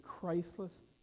Christless